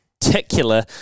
particular